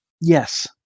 Yes